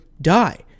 die